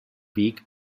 weg